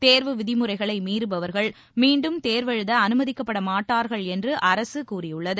தேர்வு விதிமுறைகளை மீறுபவர்கள் மீண்டும் தேர்வெழுத அனுமதிக்கப்படமாட்டார்கள் என்று அரசு கூறியுள்ளது